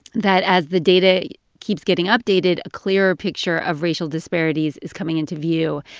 that as the data keeps getting updated, a clearer picture of racial disparities is coming into view.